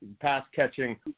pass-catching